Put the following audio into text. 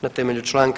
Na temelju čl.